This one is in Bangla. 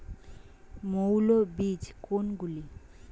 মৌল বীজ কোনগুলি?